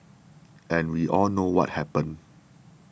and we all know what happened